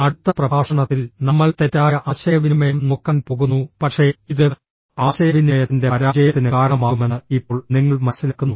അടുത്ത പ്രഭാഷണത്തിൽ നമ്മൾ തെറ്റായ ആശയവിനിമയം നോക്കാൻ പോകുന്നു പക്ഷേ ഇത് ആശയവിനിമയത്തിന്റെ പരാജയത്തിന് കാരണമാകുമെന്ന് ഇപ്പോൾ നിങ്ങൾ മനസ്സിലാക്കുന്നു